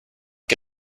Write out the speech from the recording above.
que